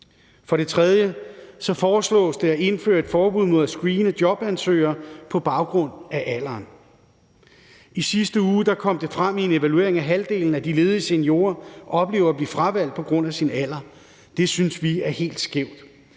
For det tredje foreslås det at indføre et forbud mod at screene jobansøgere på baggrund af alder. I sidste uge kom det frem i en evaluering, at halvdelen af de ledige seniorer oplever at blive fravalgt på grund af deres alder. Det synes vi er helt skævt.